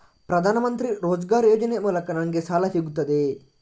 ಪ್ರದಾನ್ ಮಂತ್ರಿ ರೋಜ್ಗರ್ ಯೋಜನೆ ಮೂಲಕ ನನ್ಗೆ ಸಾಲ ಸಿಗುತ್ತದೆಯೇ?